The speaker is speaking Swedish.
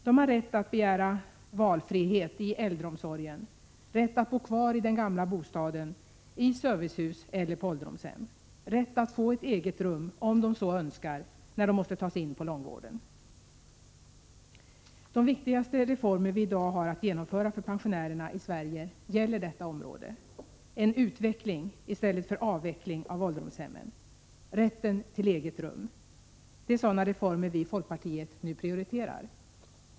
De har rätt att begära valfrihet i äldreomsorgen, rätt att bo kvar i den gamla bostaden, i servicehus eller på ålderdomshem, rätt att få ett eget rum om de så önskar när de måste tas in på långvården. De viktigaste reformer vi i dag har att genomföra för pensionärerna i Sverige gäller detta område. En utveckling i stället för avveckling av ålderdomshemmen, rätten till eget rum, det är reformer som vi i folkpartiet nu prioriterar.